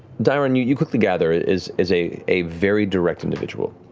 dairon, you you quickly gather, is is a a very direct individual.